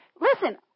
Listen